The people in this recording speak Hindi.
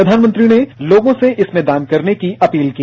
प्रघानमंत्री ने लोगों से इसमें दान करनेअपील की